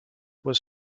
was